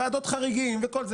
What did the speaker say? ועדות חריגים וכולי,